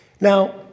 Now